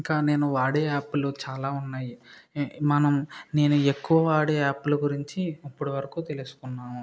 ఇంకా నేను వాడే యాప్లు చాలా ఉన్నాయి మనం నేను ఎక్కువ వాడే యాప్ల గురించి ఇప్పుడు వరకు తెలుసుకున్నాము